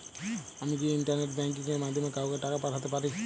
আমি কি internet banking এর মাধ্যমে কাওকে টাকা পাঠাতে পারি?